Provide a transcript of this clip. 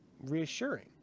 reassuring